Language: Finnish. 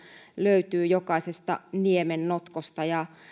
löytyy jokaisesta niemennotkosta ja